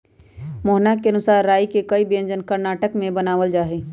मोहना के अनुसार राई के कई व्यंजन कर्नाटक में बनावल जाहई